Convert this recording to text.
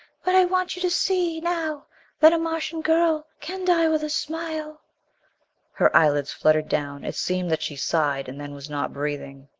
but i want you to see now that a martian girl can die with a smile her eyelids fluttered down it seemed that she sighed and then was not breathing.